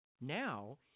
Now